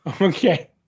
okay